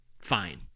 fine